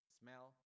smell